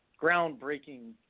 groundbreaking